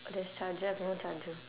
there's charger I've no charger